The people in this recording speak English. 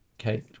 okay